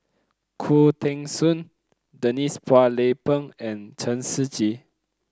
Khoo Teng Soon Denise Phua Lay Peng and Chen Shiji